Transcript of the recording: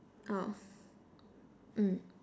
oh mm